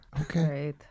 Okay